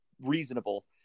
reasonable